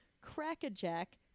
crack-a-jack